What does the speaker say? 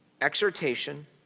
exhortation